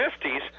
50s